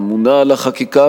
אמונה על החקיקה,